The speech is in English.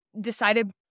decided